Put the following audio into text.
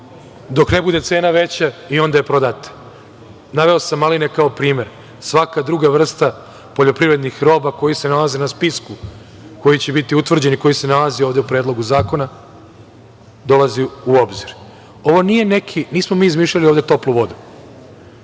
dok ne bude cena veća i onda je prodate. Naveo sam maline kao primer. Svaka druga vrsta poljoprivrednih roba koje se nalaze na spisku koji će biti utvrđen, koji se nalazi ovde u Predlogu zakona, dolazi u obzir. Nismo mi izmišljali ovde toplu vodu.